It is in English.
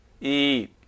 Eat